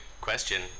question